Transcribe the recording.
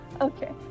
Okay